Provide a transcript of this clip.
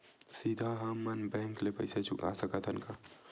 सीधा हम मन बैंक ले पईसा चुका सकत हन का?